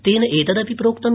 तेन एतदपि प्रोक्तम्